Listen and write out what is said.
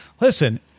listen